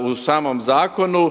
u samom zakonu